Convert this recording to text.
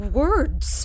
words